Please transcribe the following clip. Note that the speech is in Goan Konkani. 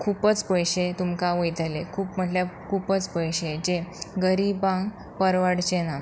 खुबच पयशे तुमकां वयतले खूब म्हटल्यार खुबच पयशे जे गरीबांक परवडचें ना